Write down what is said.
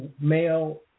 male